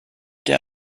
there